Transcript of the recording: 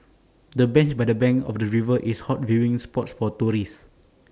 the bench by the bank of the river is hot viewing spot for tourists